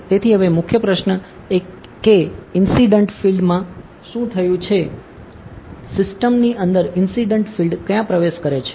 તેથી હવે મુખ્ય પ્રશ્ન એ કે ઇન્સીડંટ ફિલ્ડ ક્યાં પ્રવેશ કરે છે